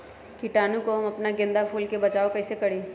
कीटाणु से हम अपना गेंदा फूल के बचाओ कई से करी?